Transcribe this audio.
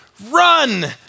Run